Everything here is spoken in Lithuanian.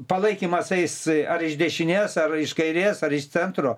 palaikymas eis ar iš dešinės ar iš kairės ar iš centro